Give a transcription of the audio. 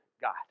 God